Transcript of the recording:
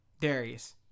Darius